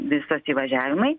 visas įvažiavimai